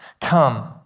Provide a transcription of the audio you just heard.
come